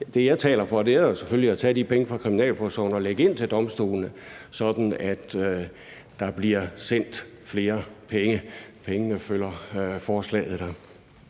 Det, jeg taler for, er jo selvfølgelig at tage de penge fra kriminalforsorgen og lægge ind til domstolene, sådan at der bliver sendt flere penge. Pengene følger forslaget.